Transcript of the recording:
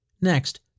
Next